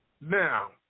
Now